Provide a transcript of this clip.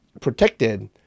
protected